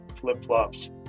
flip-flops